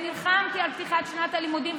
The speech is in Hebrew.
נלחמתי על פתיחת שנת הלימודים.